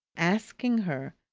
asking her,